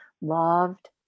loved